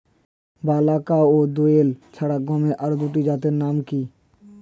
বলাকা ও দোয়েল ছাড়া গমের আরো দুটি জাতের নাম কি?